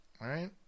Right